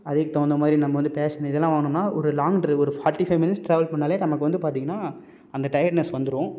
அதுக்கு தகுந்த மாதிரி நம்ம வந்து பேஷன் இதெல்லாம் வாங்கினோம்னா ஒரு லாங் ட்ரைவ் ஒரு ஃபாட்டி ஃபைவ் மினிட்ஸ் ட்ராவல் பண்ணினாலே நமக்கு வந்து பார்த்திங்கன்னா அந்த டயர்ட்னஸ் வந்துடும்